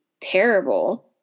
terrible